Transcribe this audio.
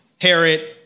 Herod